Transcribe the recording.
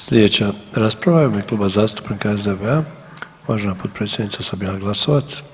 Slijedeća rasprava u ime Kluba zastupnika SDP-a, uvažena potpredsjednica Sabina Glasovac.